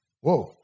Whoa